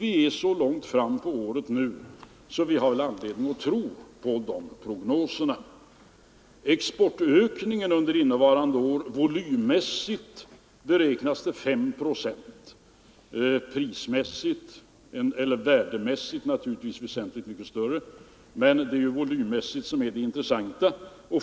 Vi har kommit så långt fram på året att det finns anledning att tro på dessa prognoser. Den volymmässiga exportökningen beräknas under innevarande år till 5 procent. Värdemässigt blir den naturligtvis mycket större, men det är den volymmässiga ökningen som är intressant.